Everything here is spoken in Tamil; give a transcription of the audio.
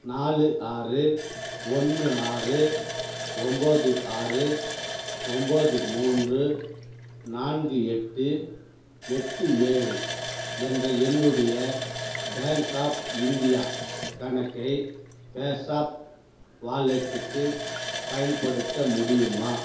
நாலு ஆறு ஒன்று ஆறு ஒம்போது ஆறு ஒம்போது மூன்று நான்கு எட்டு எட்டு ஏழு என்ற என்னுடைய பேங்க் ஆஃப் இந்தியா கணக்கை பேஸாப் வாலெட்டுக்கு பயன்படுத்த முடியுமா